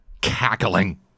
cackling